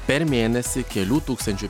per mėnesį kelių tūkstančių